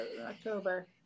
October